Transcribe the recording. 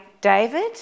David